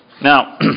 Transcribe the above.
Now